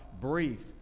brief